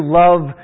love